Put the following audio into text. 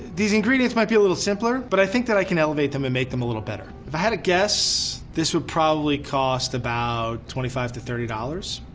these ingredients might be a little simpler but i think that i can elevate them and make them a little better. if i had a guess, this would probably cost about twenty five to thirty dollars.